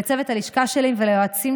לצוות הלשכה שלי וליועצים,